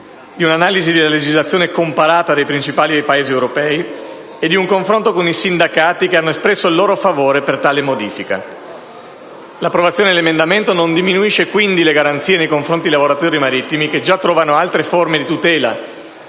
di un'analisi della legislazione comparata dei principali Paesi europei e di un confronto con i sindacati, che hanno espresso il loro favore per tale modifica. L'approvazione dell'emendamento non diminuisce quindi le garanzie nei confronti dei lavoratori marittimi, che già trovano altre forme di tutela,